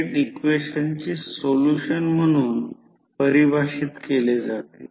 पहा N1 N2 I2 I1 हे माहित आहे म्हणून I1 I2 N2 N1